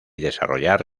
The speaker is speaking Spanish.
desarrollar